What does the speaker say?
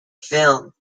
film